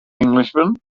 englishman